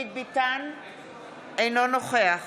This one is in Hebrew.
אינו נוכח